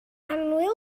annwyl